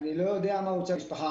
אני לא יודע מה הוצג למשפחות.